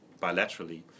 bilaterally